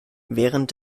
während